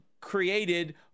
created